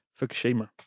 Fukushima